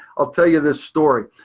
i'll tell you this story.